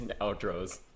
outros